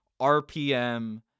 RPM